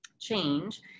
change